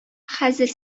хәзер